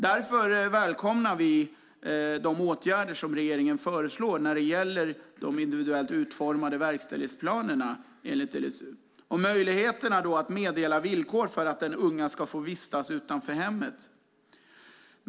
Därför välkomnar vi de åtgärder som regeringen föreslår när det gäller de individuellt utformade verkställighetsplanerna enligt LSU och möjligheterna att meddela villkor för att den unge ska få vistas utanför hemmet.